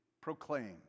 proclaim